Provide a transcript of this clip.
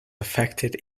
affected